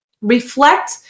Reflect